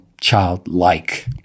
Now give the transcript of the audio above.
childlike